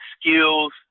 skills